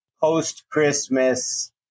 post-Christmas